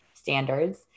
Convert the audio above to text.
standards